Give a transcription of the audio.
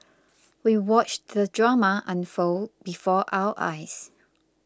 we watched the drama unfold before our eyes